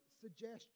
suggestion